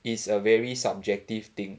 is a very subjective thing